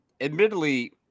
admittedly